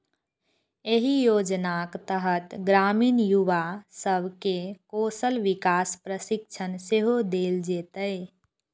एहि योजनाक तहत ग्रामीण युवा सब कें कौशल विकास प्रशिक्षण सेहो देल जेतै